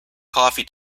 coffee